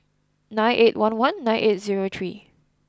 nine eight one one nine eight zero three